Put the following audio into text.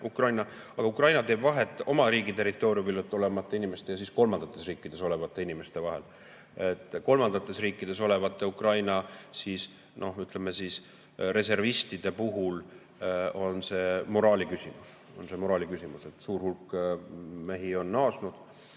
eiramise. Aga Ukraina teeb vahet oma riigi territooriumil olevate inimeste ja kolmandates riikides olevate inimeste vahel. Kolmandates riikides olevate Ukraina reservistide puhul on see moraali küsimus. See on moraali küsimus ja suur hulk mehi on naasnud.